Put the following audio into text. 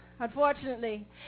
Unfortunately